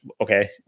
okay